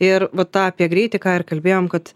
ir va tą apie greitį ką ir kalbėjom kad